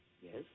Yes